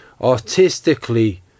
artistically